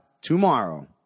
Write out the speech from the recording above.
tomorrow